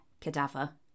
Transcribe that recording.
Cadaver